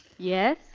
Yes